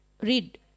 Read